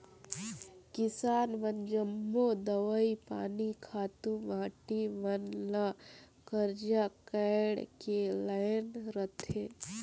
किसान मन जम्मो दवई पानी, खातू माटी मन ल करजा काएढ़ के लाएन रहथें